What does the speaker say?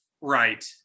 Right